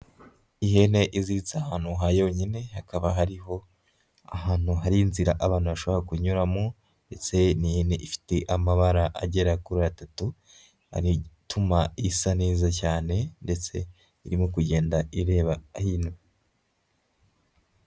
Ihene iziritse ahantu ha yonyine hakaba hariho ahantu hari inzira abantu bashobora kunyuramo ndetse ni ihene ifite amabara agera kuri atatu ari igituma isa neza cyane ndetse irimo kugenda ireba hino.